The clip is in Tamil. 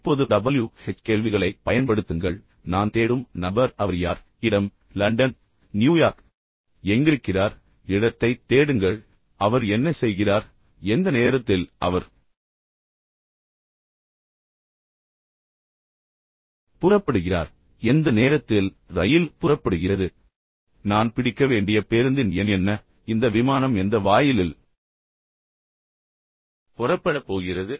இப்போது WH கேள்விகளைப் பயன்படுத்துங்கள் நான் தேடும் நபர் அவர் யார் இடம் லண்டன் நியூயார்க் எங்கிருக்கிறார் இடத்தை தேடுங்கள் அவர் என்ன செய்கிறார் எந்த நேரத்தில் அவர் புறப்படுகிறார் எந்த நேரத்தில் ரயில் புறப்படுகிறது நான் பிடிக்க வேண்டிய பேருந்தின் எண் என்ன இந்த விமானம் எந்த வாயிலில் புறப்பட போகிறது